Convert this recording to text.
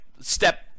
step